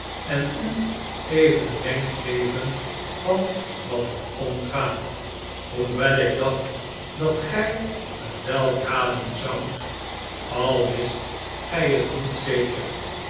en u even een wenk geven van wat er omgaat hoewel ik dacht dat gij het wel raden zoudt al wist gij het niet zcker